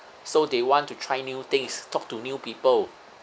so they want to try new things talk to new people